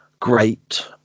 great